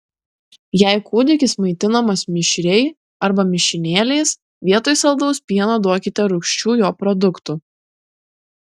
jei kūdikis maitinamas mišriai arba mišinėliais vietoj saldaus pieno duokite rūgščių jo produktų